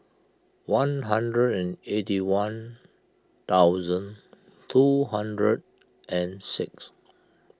one hundred and eighty one thousand two hundred and six